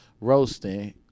roasting